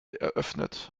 eröffnet